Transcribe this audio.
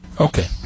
Okay